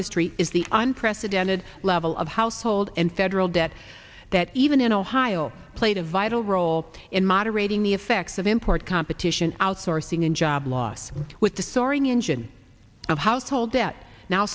history is the unprecedented level of household and federal debt that even in ohio played a vital role in moderating the effects of import competition outsourcing and job loss with the soaring engine of household debt now